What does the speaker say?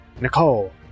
Nicole